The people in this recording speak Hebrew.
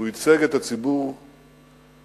הוא ייצג את הציבור בכבוד